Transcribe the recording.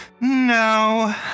No